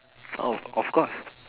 oh of course